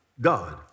God